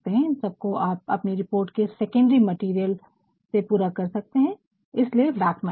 इन सबको आप अपनी रिपोर्ट के सेकेंडरी मटेरियल से पूरा कर सकते है इसलिए बैक मैटर